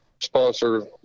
sponsor